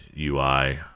UI